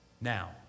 Now